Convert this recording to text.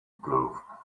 blew